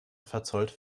verzollt